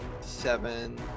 seven